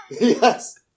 Yes